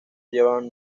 llevaban